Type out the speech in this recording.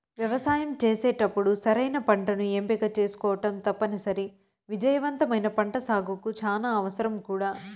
వ్యవసాయం చేసేటప్పుడు సరైన పంటను ఎంపిక చేసుకోవటం తప్పనిసరి, విజయవంతమైన పంటసాగుకు చానా అవసరం కూడా